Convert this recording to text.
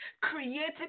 created